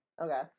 Okay